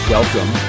Welcome